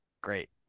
great